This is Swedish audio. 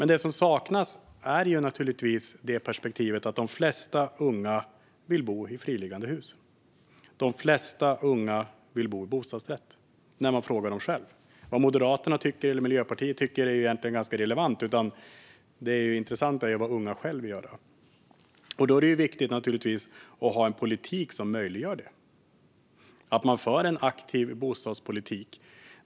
Det som saknas är dock perspektivet att de flesta unga vill bo i friliggande hus. De flesta unga svarar att de vill bo i bostadsrätt när man frågar dem. Vad Moderaterna eller Miljöpartiet tycker är egentligen ganska irrelevant, utan det intressanta är ju vad unga själva vill. Därför är det naturligtvis viktigt att ha en politik som möjliggör detta och att man för en aktiv politik.